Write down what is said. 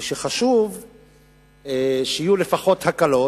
וחשוב שיהיו לפחות הקלות.